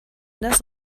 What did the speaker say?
das